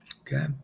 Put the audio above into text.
Okay